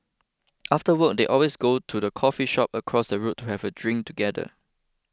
after work they always go to the coffee shop across the road to have a drink together